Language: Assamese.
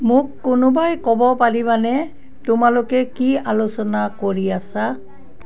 মোক কোনোবাই ক'ব পাৰিবানে তোমালোকে কি আলোচনা কৰি আছা